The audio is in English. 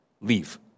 Leave